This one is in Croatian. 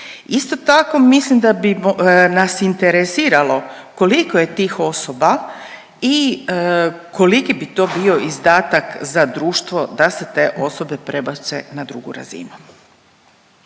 Isto tako mislim da bi nas interesiralo koliko je tih osoba i koliki bi to bio izdatak za društvo da se te osobe prebace na 2. razinu.